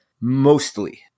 mostly